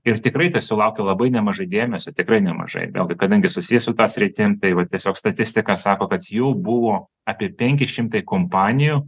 ir tikrai tesulaukiu labai nemažai dėmesio tikrai nemažai vėlgi kadangi susijęs su tą sritim tai va tiesiog statistika sako kad jų buvo apie penki šimtai kompanijų